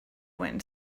wind